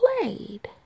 played